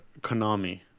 Konami